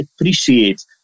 appreciate